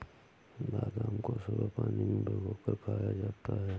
बादाम को सुबह पानी में भिगोकर खाया जाता है